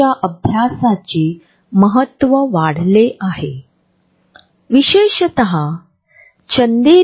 proxemics हा अभ्यास आम्हाला इतर लोकांबद्दल असलेल्या स्वस्थ आणि अस्वस्थतेची पातळी समजण्यास मदत करतो